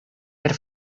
per